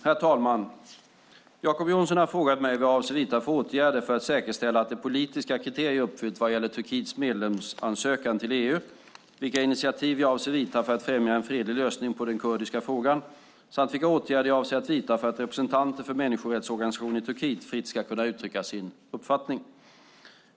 Herr talman! Jacob Johnson har frågat mig vad jag avser att vidta för åtgärder för att säkerställa att det politiska kriteriet är uppfyllt vad gäller Turkiets medlemsansökan till EU, vilka initiativ jag avser att ta för att främja en fredlig lösning på den kurdiska frågan samt vilka åtgärder jag avser att vidta för att representanter för människorättsorganisationer i Turkiet fritt ska kunna uttrycka sin uppfattning.